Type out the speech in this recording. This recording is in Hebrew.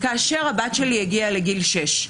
כאשר הבת שלי הגיעה לגיל שש.